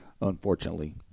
unfortunately